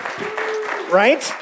Right